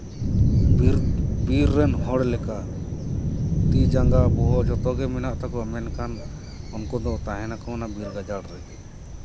ᱵᱤᱨ ᱵᱤᱨ ᱨᱮᱱ ᱦᱚᱲ ᱞᱮᱠᱟ ᱛᱤ ᱡᱟᱸᱜᱟ ᱵᱚᱦᱚᱜ ᱡᱚᱛᱚᱜᱮ ᱢᱮᱱᱟᱜ ᱛᱟᱠᱚᱣᱟ ᱢᱮᱱᱠᱷᱟᱱ ᱩᱱᱠᱩ ᱫᱚ ᱛᱟᱦᱮᱱᱟᱠᱚ ᱚᱱᱟ ᱵᱤᱨ ᱜᱟᱡᱟᱲ ᱨᱮᱜᱮ